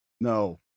no